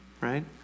right